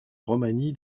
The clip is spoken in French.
romani